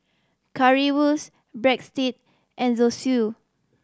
Currywurst Breadstick and Zosui